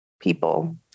people